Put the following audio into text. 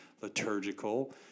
liturgical